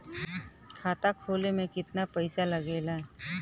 खाता खोले में कितना पईसा लगेला?